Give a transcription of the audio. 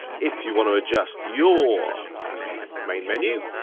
if you wanna adjust your main menu.